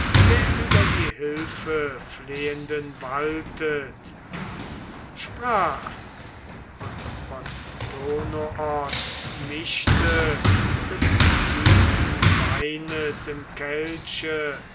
der über die hilfeflehenden waltet sprach's und pontonoos mischte des süßen weines im kelche